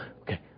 okay